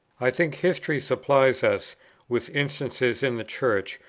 i think history supplies us with instances in the church,